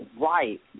Right